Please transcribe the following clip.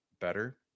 better